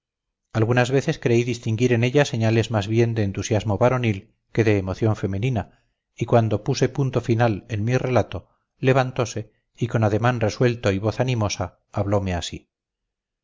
algunas veces creí distinguir en ella señales más bien de entusiasmo varonil que de emoción femenina y cuando puse punto final en mi relato levantose y con ademán resuelto y voz animosa hablome así